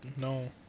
no